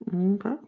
Okay